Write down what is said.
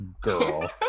girl